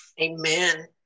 amen